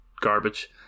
garbage